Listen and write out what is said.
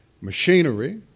machinery